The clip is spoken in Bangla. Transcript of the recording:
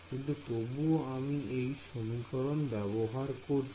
কিন্তু তবুও আমি এই সমীকরণ ব্যবহার করছি